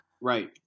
Right